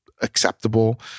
acceptable